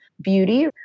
beauty